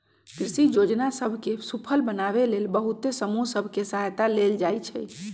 कृषि जोजना सभ के सूफल बनाबे लेल बहुते समूह सभ के सहायता लेल जाइ छइ